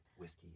Whiskey